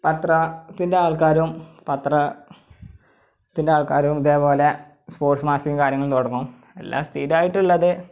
പത്രത്തിന്റെ ആള്ക്കാരും പത്രത്തിന്റെ ആള്ക്കാരും ഇതേ പോലെ സ്പോട്സ് മാസികയും കാര്യങ്ങളും തുടങ്ങും എല്ലാ സ്ഥിരമായിട്ടുള്ളത്